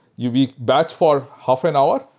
you'd be batched for half an hour.